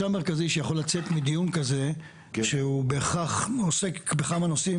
שהוא בהכרח עוסק בכמה נושאים,